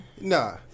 Nah